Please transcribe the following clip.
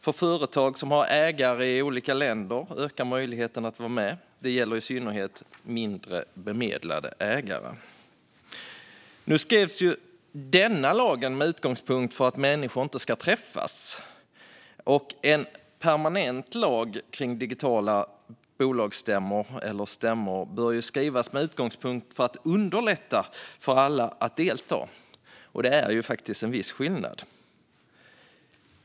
För företag som har ägare i olika länder ökar möjligheterna att vara med. Det gäller i synnerhet mindre bemedlade ägare. Denna lag skrevs med utgångspunkt från att människor inte ska träffas. En permanent lag om digitala stämmor bör skrivas med utgångspunkt från att underlätta för alla att delta. Det är faktiskt en viss skillnad.